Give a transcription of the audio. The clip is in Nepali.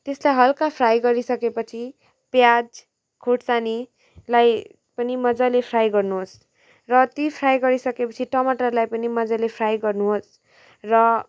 त्यसलाई हल्का फ्राई गरि सकेपछि प्याज खुर्सानीलाई पनि मजाले फ्राई गर्नुहोस् र ती फ्राई गरिसकेपछि टमाटरलाई पनि मजाले फ्राई गर्नुहोस् र